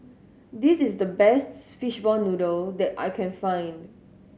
this is the best fishball noodle that I can find